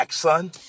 son